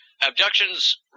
Abductions